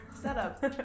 setup